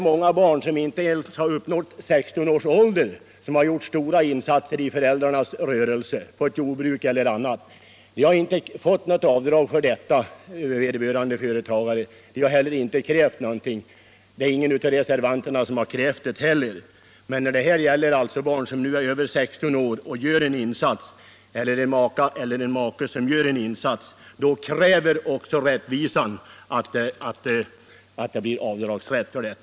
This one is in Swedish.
Många barn som inte ens uppnått 16 års ålder har gjort stora insatser i föräldrarnas rörelse — ett jordbruk eller något annat. Vederbörande företagare har inte fått något avdrag för detta och inte heller krävt sådant. Ingen av reservanterna har heller krävt någonting härvidlag, men när det gäller barn som är över 16 år eller en make eller maka som gör en insats, då kräver rättvisan att det blir avdragsrätt.